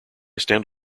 stand